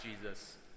Jesus